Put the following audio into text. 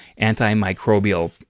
antimicrobial